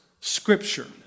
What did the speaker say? Scripture